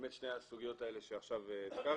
באמת שתי הסוגיות האלה שעכשיו הזכרת,